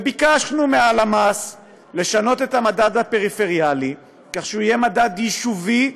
וביקשנו מהלמ"ס לשנות את המדד הפריפריאלי כך שהוא יהיה מדד יישובי,